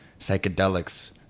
psychedelics